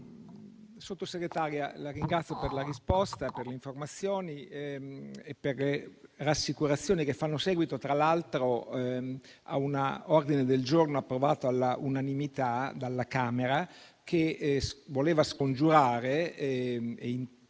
sottosegretaria, la ringrazio per la risposta, per le informazioni e per le rassicurazioni, che fanno seguito, tra l'altro, a un ordine del giorno approvato all'unanimità dalla Camera, che chiedeva al